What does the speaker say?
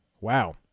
Wow